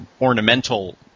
ornamental